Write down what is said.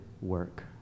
work